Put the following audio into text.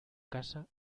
casa